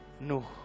No